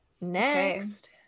Next